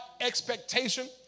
expectation